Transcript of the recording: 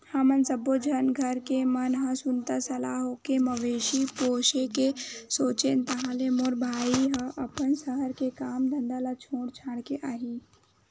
हमन सब्बो झन घर के मन ह सुनता सलाह होके मवेशी पोसे के सोचेन ताहले मोर भाई ह अपन सहर के काम धंधा ल छोड़ छाड़ के आही